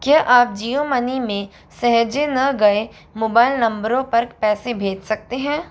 क्या आप जियो मनी में सहेजे ना गए मोबाइल नंबरों पर पैसे भेज सकते हैं